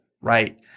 right